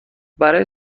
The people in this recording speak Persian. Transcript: برای